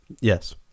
Yes